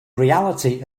reality